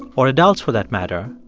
or adults for that matter,